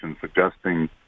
suggesting